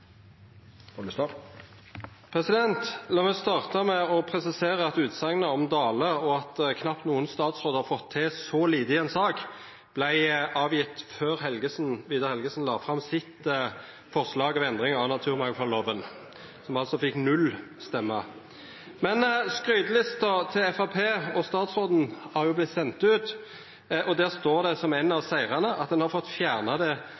godt. La meg starta med å presisera at utsegna om Dale, og at knapt nokon statsråd har fått til så lite i ei sak, vart sagt før Vidar Helgesen la fram sitt forslag til endring av naturmangfaldloven, som altså fekk null stemmer. Skrytelista til Framstegspartiet og statsråden er jo sendt ut, og der står det som ein av sigrane at ein har fått fjerna det